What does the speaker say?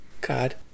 God